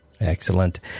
Excellent